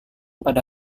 pada